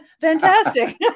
fantastic